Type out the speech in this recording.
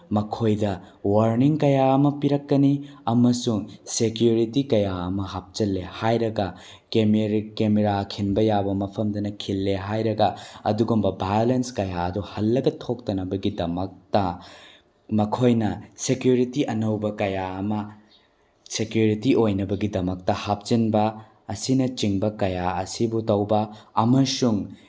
ꯃꯈꯣꯏꯗ ꯋꯥꯔꯅꯤꯡ ꯀꯌꯥ ꯑꯃ ꯄꯤꯔꯛꯀꯅꯤ ꯑꯃꯁꯨꯡ ꯁꯦꯀ꯭ꯌꯨꯔꯤꯇꯤ ꯀꯌꯥ ꯑꯃ ꯍꯥꯞꯆꯜꯂꯦ ꯍꯥꯏꯔꯒ ꯀꯦꯃꯦꯔꯥ ꯈꯤꯟꯕ ꯌꯥꯕ ꯃꯐꯝꯗꯅ ꯈꯤꯜꯂꯦ ꯍꯥꯏꯔꯒ ꯑꯗꯨꯒꯨꯝꯕ ꯚꯥꯏꯌꯣꯂꯦꯟꯁ ꯀꯌꯥ ꯑꯗꯨ ꯍꯜꯂꯒ ꯊꯣꯛꯇꯅꯕꯒꯤꯗꯃꯛꯇ ꯃꯈꯣꯏꯅ ꯁꯦꯀ꯭ꯌꯨꯔꯤꯇꯤ ꯑꯅꯧꯕ ꯀꯌꯥ ꯑꯃ ꯁꯦꯀ꯭ꯌꯨꯔꯤꯇꯤ ꯑꯣꯏꯅꯕꯒꯤꯗꯃꯛꯇ ꯍꯥꯞꯆꯤꯟꯕ ꯑꯁꯤꯅꯆꯤꯡꯕ ꯀꯌꯥ ꯑꯁꯤꯕꯨ ꯇꯧꯕ ꯑꯃꯁꯨꯡ